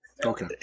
Okay